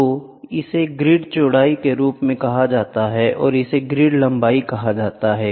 तो इसे ग्रिड चौड़ाई के रूप में कहा जाता है और इसे ग्रिड लंबाई कहा जाता है